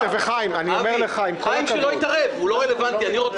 ולכן אני חייבת להבין, איך